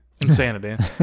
Insanity